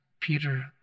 Peter